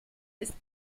ist